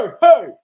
hey